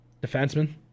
defenseman